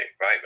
Right